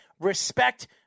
respect